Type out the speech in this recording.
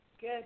Good